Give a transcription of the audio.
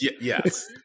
yes